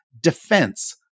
defense